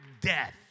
death